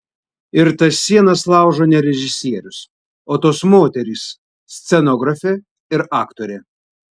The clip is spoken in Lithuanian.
ir tas sienas laužo ne režisierius o tos moterys scenografė ir aktorė